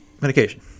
Medication